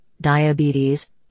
diabetes